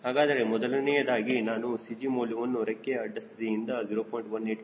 ಹಾಗಾದರೆ ಮೊದಲನೆಯದಾಗಿ ನಾನು GC ಮೌಲ್ಯವನ್ನು ರೆಕ್ಕೆಯ ಅಡ್ಡ ಸ್ಥಿತಿಯಿಂದ 0